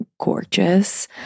gorgeous